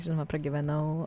žinoma pragyvenau